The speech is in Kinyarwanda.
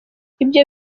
ibyo